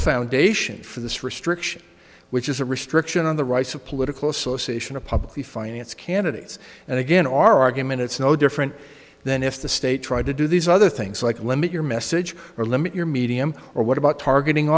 foundation for this restriction which is a restriction on the rights of political association to publicly finance candidates and again our argument it's no different than if the state tried to do these other things like limit your message or limit your medium or what about targeting